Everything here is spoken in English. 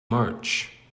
march